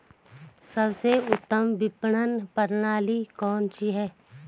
सबसे उत्तम विपणन प्रणाली कौन सी है?